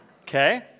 Okay